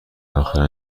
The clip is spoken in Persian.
اخیرا